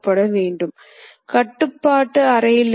கடிகார திசையில் குறிப்பிடப்பட்டால் இது வரையப்படும்